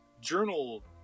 Journal